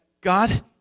God